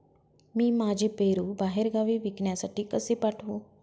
मी माझे पेरू बाहेरगावी विकण्यासाठी कसे पाठवू?